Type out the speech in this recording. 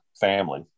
family